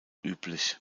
üblich